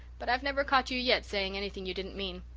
but i've never caught you yet saying anything you didn't mean.